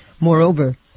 Moreover